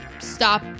stop